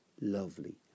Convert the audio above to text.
lovely